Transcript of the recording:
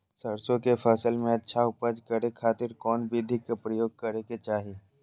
सरसों के फसल में अच्छा उपज करे खातिर कौन विधि के प्रयोग करे के चाही?